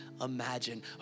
imagine